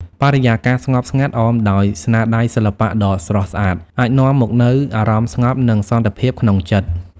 បរិយាកាសស្ងប់ស្ងាត់ អមដោយស្នាដៃសិល្បៈដ៏ស្រស់ស្អាត អាចនាំមកនូវអារម្មណ៍ស្ងប់ និងសន្តិភាពក្នុងចិត្ត។